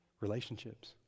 Relationships